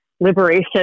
liberation